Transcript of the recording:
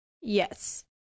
yes